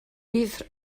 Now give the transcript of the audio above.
bydd